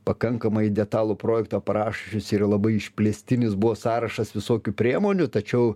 pakankamai detalų projektą parašiusi ir labai išplėstinis buvo sąrašas visokių priemonių tačiau